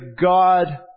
God